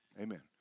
Amen